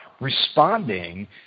responding